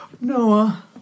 Noah